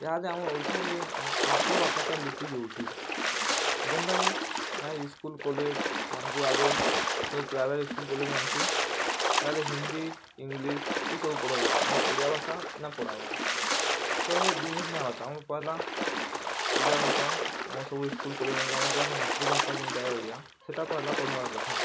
ଏହା ଦେ ଆମର୍ ଓଡ଼ିଶାରେ ମାତୃଭାଷାଟା ଲୁକି ଯାଉଛି ଯେନ୍ତା କି ଏହା ସ୍କୁଲ୍ କଲେଜ୍ ମାନଙ୍କୁ ଆଗେ ସବୁ ପ୍ରାଇଭେଟ୍ ସ୍କୁଲ୍ କଲେଜ୍ ମାନଙ୍କୁ ଏହାଦେ ହିନ୍ଦୀ ଇଂଲିଶ ଏ ସବୁ ପଢ଼ଉଛନ୍ ଆମର୍ ଓଡ଼ିଆ ଭାଷା ନାଇଁ ପଢ଼ବାର୍ ତ ହେ ଜିନିଷ ନାଇଁ ହତ ଆମର୍ ପହେଲା ଓଡ଼ିଆ ଭାଷା ଆମ ସବୁ ସ୍କୁଲ୍ କଲେଜ୍ ମାନଙ୍କରେ ଆମର୍ ହେଲା ମାତୃଭାଷା ଯେନ୍ତା କି ଓଡ଼ିଆ ହେଟା ପହେଲା ପଢ଼ବାର୍ କଥା